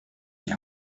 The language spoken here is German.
die